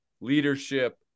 leadership